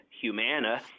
Humana